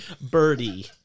Birdie